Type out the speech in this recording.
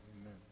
Amen